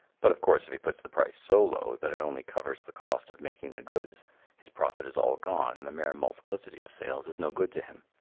but, of course, if he puts the price so low that it only covers the cost of making the goods his profit is all gone and the mere multiplicity of sales is no good to him.